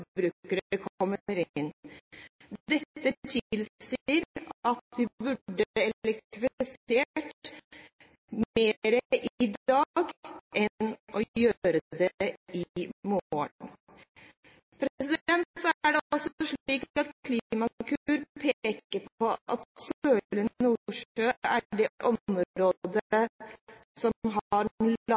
Dette tilsier at vi burde elektrifisert mer i dag heller enn å gjøre det i morgen. Klimakur peker på at Sørlige Nordsjø er det